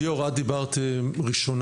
ליאור, את דיברת ראשונה,